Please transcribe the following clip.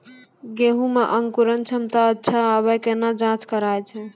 गेहूँ मे अंकुरन क्षमता अच्छा आबे केना जाँच करैय छै?